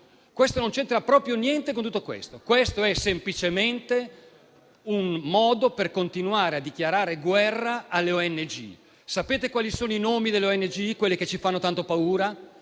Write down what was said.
non c'entra proprio niente con tutto ciò. Si tratta semplicemente di un modo per continuare a dichiarare guerra alle ONG. Sapete quali sono i nomi delle ONG che ci fanno tanta paura?